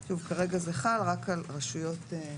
צמצום מגעים...כפי שיחליט מנהל המוסד".